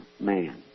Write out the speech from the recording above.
man